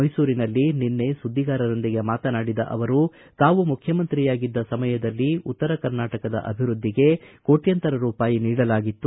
ಮೈಸೂರಿನಲ್ಲಿ ನಿನ್ನೆ ಸುದ್ದಿಗಾರರೊಂದಿಗೆ ಮಾತನಾಡಿದ ಅವರು ತಾವು ಮುಖ್ಯಮಂತ್ರಿಯಾಗಿದ್ದ ಸಮಯದಲ್ಲಿ ಉತ್ತರ ಕರ್ನಾಟಕದ ಅಭಿವೃದ್ಧಿಗೆ ಕೋಟ್ಕಂತರ ರೂಪಾಯಿ ನೀಡಲಾಗಿತ್ತು